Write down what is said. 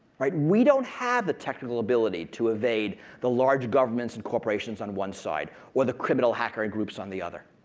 we don't have the technical ability to evade the large governments and corporations on one side, with the criminal hacker and groups on the other.